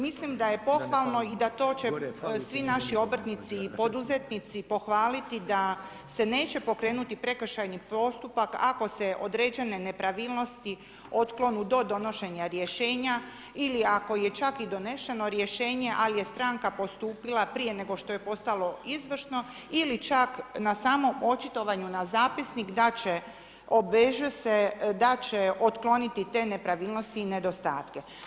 Mislim da je pohvalno i da to će svi naši obrtnici i poduzetnici pohvaliti da se neće pokrenuti prekršajni postupak ako se određene nepravilnosti otklone do donošenja rješenja ili ako je čak i doneseno rješenje ali je stranka postupila prije nego što je postalo izvršno ili čak na samom očitovanju na zapisnik da će, obveže se da će otkloniti te nepravilnosti i nedostatke.